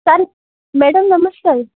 sir madam ନମସ୍କାର